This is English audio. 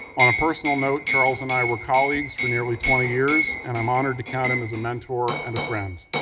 on a personal note, charles and i were colleagues for nearly twenty years, and i'm honored to count him as a mentor and a friend.